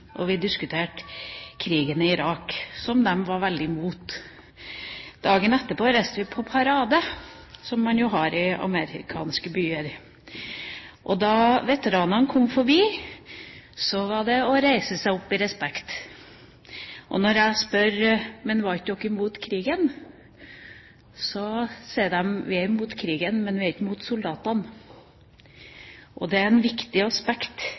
og vi diskuterte krigen i Irak, som de var veldig mot. Dagen etter så vi på en parade, som man jo har i amerikanske byer, og da veteranene kom forbi, reiste man seg i respekt. Jeg spurte: Var ikke dere mot krigen? De svarte: Vi er mot krigen, men vi er ikke mot soldatene. Det er et viktig aspekt